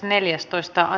asia